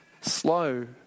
slow